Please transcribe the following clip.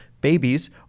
babies